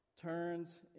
turns